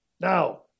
Now